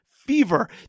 fever